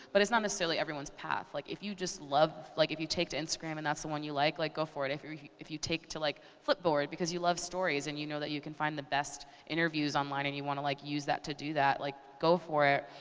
but it's not necessarily everyone's path. like if you just love like if you take to instagram and that's the one you like, like go for it. if you if you take to like flipboard because you love stories, and you know that you can find the best interviews online and you wanna like use that to do that, like go for it.